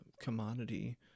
commodity